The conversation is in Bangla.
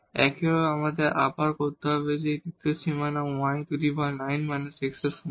একইভাবে আমাদের আবার করতে হবে এই তৃতীয় বাউন্ডারি y 9 − x এর সমান